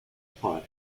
plot